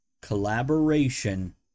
collaboration